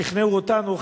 שכנעו אותנו,